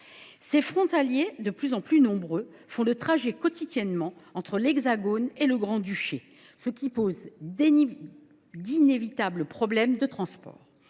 Ces frontaliers, de plus en plus nombreux, font le trajet quotidiennement entre l’Hexagone et le Grand Duché, ce qui pose d’inévitables problèmes de transport.